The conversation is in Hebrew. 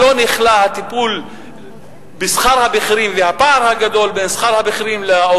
הטיפול בשכר הבכירים ובפער הגדול בין שכר הבכירים לשכר